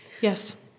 Yes